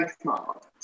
smart